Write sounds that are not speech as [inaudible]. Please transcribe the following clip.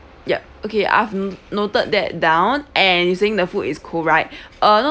yup okay I've noted that down and you saying the food is cold right [breath] uh not